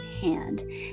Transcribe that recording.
hand